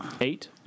Eight